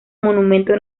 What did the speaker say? monumento